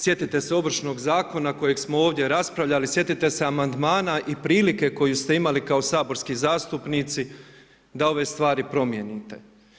Sjetite se ovršnog zakona, kojeg smo ovdje raspravljali, sjetite se amandmana i prilike koju ste imali kao saborski zastupnici da ove stvari promijenite.